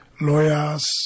lawyers